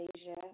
Asia